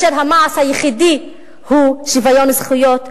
המעש היחידי הוא שוויון זכויות,